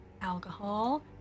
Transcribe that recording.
alcohol